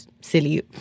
silly